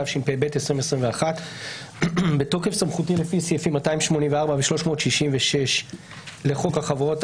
התשפ"ב 2021 בתוקף סמכותי לפי סעיפים 284 ו-366 לחוק החברות,